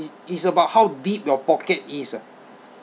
it's about how deep your pocket is ah